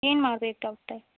ಏನು ಮಾಡ್ಬೇಕು ಡಾಕ್ಟ್ರೇ